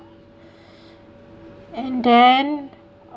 and then